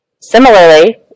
Similarly